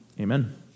Amen